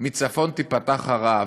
מצפון תיפתח הרעה.